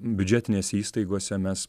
biudžetinėse įstaigose mes